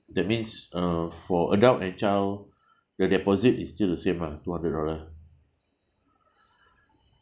that means uh for adult and child your deposit is still the same lah two hundred dollar